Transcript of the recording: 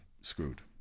screwed